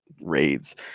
raids